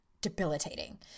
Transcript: debilitating